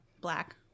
black